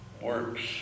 works